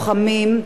בהיותם צעירים,